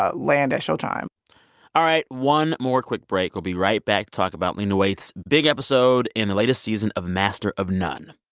ah land at showtime all right. one more quick break. we'll be right back to talk about lena waithe's big episode in the latest season of master of none.